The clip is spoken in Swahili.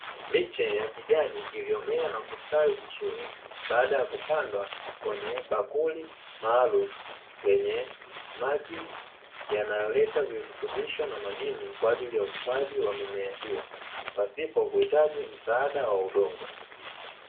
Miche ya kijani iliyomea na kustawi vizuri baada ya kupandwa kwenye bakuli maalumu lenye maji yanayoleta virutubisho na madini, kwa ajili ya ukuaji wa mimea hiyo pasipo kuhitaji msaada wa udongo.